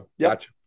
gotcha